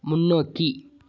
முன்னோக்கி